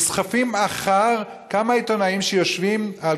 נסחפים אחר כמה עיתונאים שיושבים על